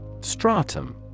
Stratum